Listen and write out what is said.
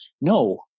No